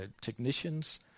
technicians